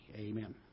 Amen